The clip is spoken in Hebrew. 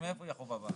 מאיפה החובה?